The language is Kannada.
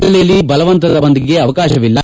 ಜಿಲ್ಲೆಯಲ್ಲಿ ಬಲವಂತದ ಬಂದ್ ಗೆ ಅವಕಾಶವಿಲ್ಲ